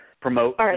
promote